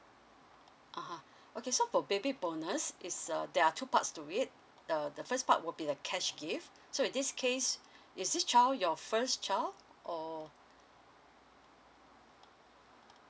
(uh huh) okay so for baby bonus is uh there are two parts to it uh the first part would be the cash gift so in this case is this child your first child or